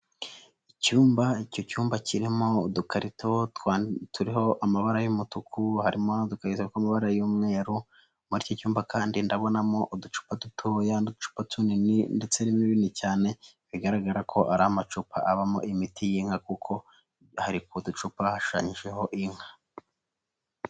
Icyumba, icyo cyumba kirimo udukarito, turiho amabara y'umutuku, harimo n'udukarito, tw'amabara y'umweru, muri iki cyumba kandi ndabonamo uducupa dutoya n'udupa tunini ndetse n'ibini cyane, bigaragara ko ari amacupa abamo imiti y'inka, kuko hari kuducupa hashushanyijeho inka.